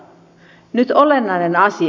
mutta nyt olennainen asia